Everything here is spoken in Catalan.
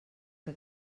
que